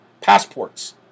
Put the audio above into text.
passports